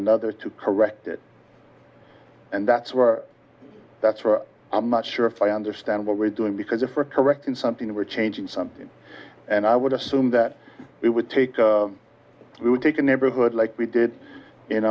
another to correct it and that's where that's where i'm not sure if i understand what we're doing because if are correct in something we're changing something and i would assume that it would take to take a neighborhood like we did